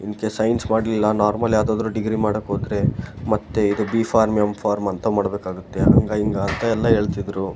in case science ಮಾಡಲಿಲ್ಲ normal ಯಾವ್ದಾದರೂ degree ಮಾಡಕ್ಕೋದರೆ ಮತ್ತೆ ಇದು ಬಿ ಫಾರ್ಮ್ ಎಂ ಫಾರ್ಮ್ ಅಂತ ಮಾಡ್ಬೇಕಾಗುತ್ತೆ ಹಂಗೆ ಹಿಂಗ ಅಂತ ಎಲ್ಲಾ ಹೇಳ್ತಿದ್ರು